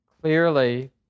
Clearly